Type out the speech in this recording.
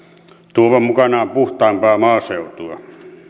tuovan mukanaan puhtaampaa maaseutua